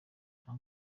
uncle